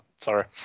Sorry